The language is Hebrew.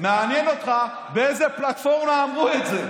מעניין אותך באיזו פלטפורמה אמרו את זה.